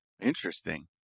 Interesting